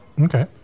Okay